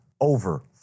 over